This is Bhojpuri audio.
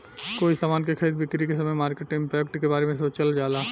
कोई समान के खरीद बिक्री के समय मार्केट इंपैक्ट के बारे सोचल जाला